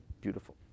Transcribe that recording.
Beautiful